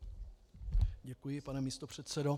Děkuji, pane místopředsedo.